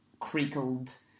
creakled